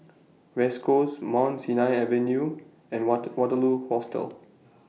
West Coast Mount Sinai Avenue and What Waterloo Hostel